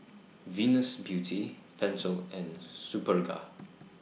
Venus Beauty Pentel and Superga